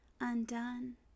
undone